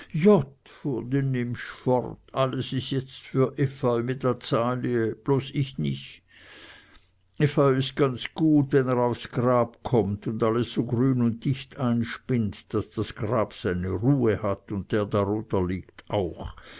alles is jetzt für efeu und azalie bloß ich nich efeu is ganz gut wenn er aufs grab kommt und alles so grün und dicht einspinnt daß das grab seine ruhe hat und der drunter liegt auch